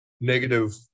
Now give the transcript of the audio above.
negative